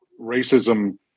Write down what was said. racism